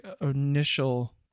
initial